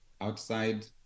outside